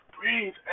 breathe